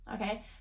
okay